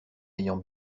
ayant